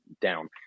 down